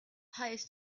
hires